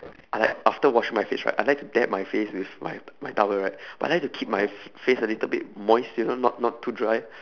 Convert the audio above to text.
I like after washing my face right I like to dab my face with my my towel right but I like to keep my face a little bit moist you know not too dry